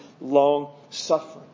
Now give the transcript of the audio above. long-suffering